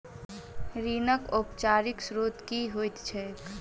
ऋणक औपचारिक स्त्रोत की होइत छैक?